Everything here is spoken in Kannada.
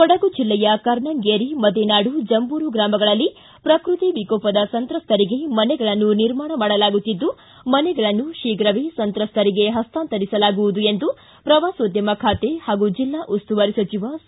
ಕೊಡಗು ಜಿಲ್ಲೆಯ ಕರ್ಣಂಗೇರಿ ಮದೆನಾಡು ಜಂಬೂರು ಗ್ರಾಮಗಳಲ್ಲಿ ಪ್ರಕೃತಿ ವಿಕೋಪದ ಸಂತ್ರಸ್ತರಿಗೆ ಮನೆಗಳನ್ನು ನಿರ್ಮಾಣ ಮಾಡಲಾಗುತ್ತಿದ್ದು ಮನೆಗಳನ್ನು ಶೀಘವೇ ಸಂತ್ರಸ್ತರಿಗೆ ಹಸ್ತಾಂತರಿಸಲಾಗುವುದು ಎಂದು ಪ್ರವಾಸೋದ್ಯಮ ಖಾತೆ ಹಾಗೂ ಜಿಲ್ಲಾ ಉಸ್ತುವಾರಿ ಸಚಿವ ಸಾ